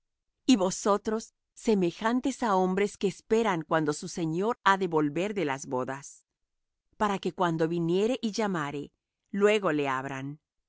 y vosotros semejantes á hombres que esperan cuando su señor ha de volver de las bodas para que cuando viniere y llamare luego le abran